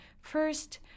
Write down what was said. First